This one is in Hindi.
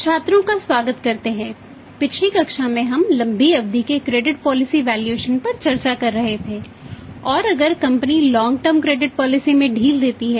छात्रों का स्वागत करते हैं पिछली कक्षा में हम लंबी अवधि के क्रेडिट पॉलिसी मिलता है